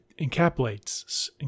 encapsulates